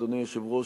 אדוני היושב-ראש,